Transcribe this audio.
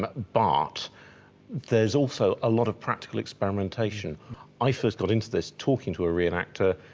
but but there's also a lot of practical experimentation i first got into this talking to a re-enactor,